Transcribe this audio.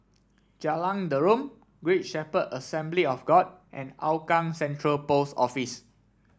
Jalan Derum Great Shepherd Assembly of God and Hougang Central Post Office